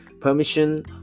permission